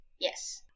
Yes